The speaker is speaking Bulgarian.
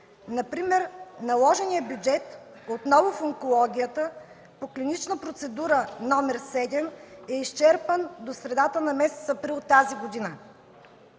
Например наложеният бюджет, отново в онкологията, по клинична процедура № 7 е изчерпан до средата на месец април тази година.